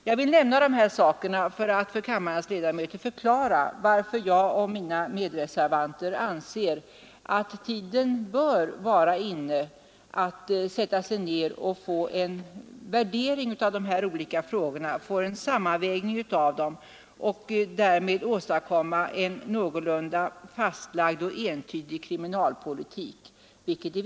Jag har velat nämna detta för att för kammarens ledamöter förklara varför jag och mina medreservanter anser att tiden nu bör vara inne att göra en värdering och sammanvägning av dessa olika frågor och därmed åstadkomma en någorlunda fastlagd och entydig kriminalpolitik.